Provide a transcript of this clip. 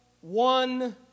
one